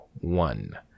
one